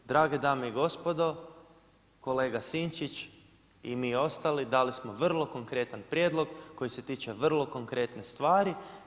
Drage dame i gospodo, kolega Sinčić i mi ostali dali smo vrlo konkretan prijedlog koji se tiče vrlo konkretne stvari.